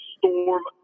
Storm